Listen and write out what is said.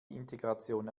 integration